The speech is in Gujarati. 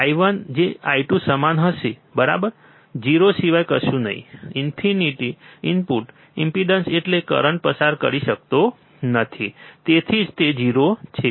આમ I1 જે I2 સમાન હશે બરાબર 0 સિવાય કશું નહીં ઈન્ફિનિટ ઇનપુટ ઇમ્પિડન્સ એટલે કે કરંટ પસાર કરી શકતો નથી તેથી જ તે 0 છે